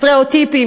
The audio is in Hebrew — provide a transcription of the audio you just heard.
עם סטריאוטיפים,